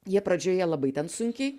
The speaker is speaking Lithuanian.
jie pradžioje labai ten sunkiai